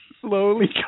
slowly